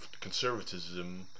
conservatism